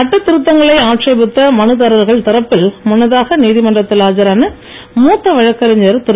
சட்டத் திருத்தங்களை ஆட்சேபித்த மனுதாரர்கள் தரப்பில் முன்னதாக நீதிமன்றத்தில் ஆஜரான மூத்த வழக்கறிஞர் திரு